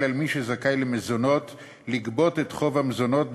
על מי שזכאי למזונות לגבות את חוב המזונות,